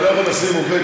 אתה לא יכול לשים עובד,